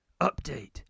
update